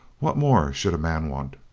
what more should a man want?